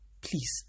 please